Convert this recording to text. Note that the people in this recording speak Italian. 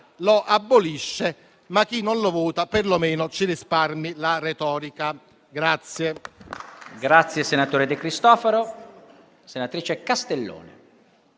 lo abolisce. Chi non lo vota perlomeno ci risparmi la retorica.